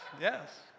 yes